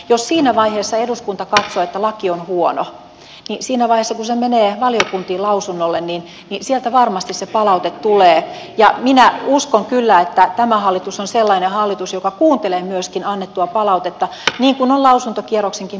jos siinä vaiheessa eduskunta katsoo että laki on huono niin siinä vaiheessa kun se menee valiokuntiin lausunnolle sieltä varmasti se palaute tulee ja minä uskon kyllä että tämä hallitus on sellainen hallitus joka myöskin kuuntelee annettua palautettua niin kuin on lausuntokierroksenkin palautetta kuunnellut